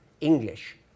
English